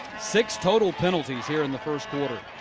six total penalties here in the first quarter. it